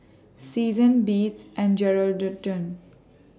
Seasons Beats and Geraldton